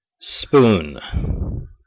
Spoon